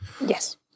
Yes